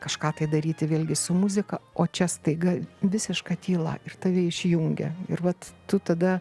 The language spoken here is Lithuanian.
kažką tai daryti vėlgi su muzika o čia staiga visiška tyla ir tave išjungia ir vat tu tada